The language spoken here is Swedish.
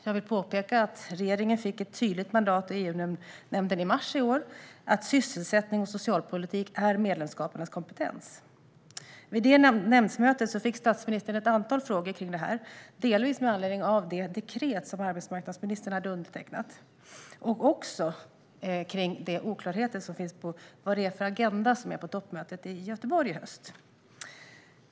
Jag vill påpeka att regeringen i mars i år fick ett tydligt mandat i EU-nämnden som gick ut på att sysselsättning och socialpolitik är medlemsstaternas kompetens. Vid det nämndmötet fick statsministern ett antal frågor kring detta, delvis med anledning av det dekret som arbetsmarknadsministern hade undertecknat, och också kring oklarheterna när det gäller agendan för toppmötet i Göteborg i höst.